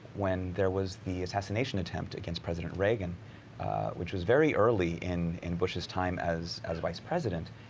when there was the assassination attempt against president reagan which is very early in in bush's time as as vice president.